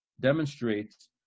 demonstrates